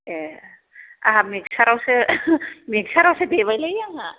ए आंहा मिक्सारावसो मिक्सारावसो देबायलै आंहा